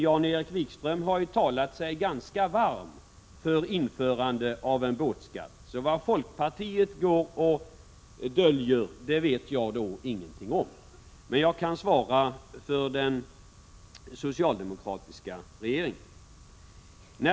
Jan-Erik Wikström har tidigare talat sig ganska varm för införande av en båtskatt. Vad folkpartiet går och döljer vet jag ingenting om, men jag kan svara för den socialdemokratiska regeringen.